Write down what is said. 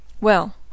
Well